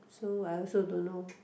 so I also don't know